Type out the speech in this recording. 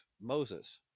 moses